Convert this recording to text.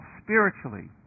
spiritually